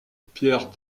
pierre